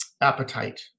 appetite